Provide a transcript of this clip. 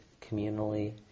communally